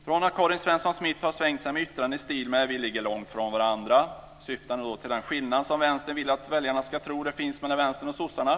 Från att Karin Svensson Smith har svängt sig med yttranden i stil med: Vi ligger långt från varandra. Där syftar hon på den skillnad som Vänstern vill att väljarna ska tro det finns mellan Vänstern och sossarna.